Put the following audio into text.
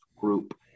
group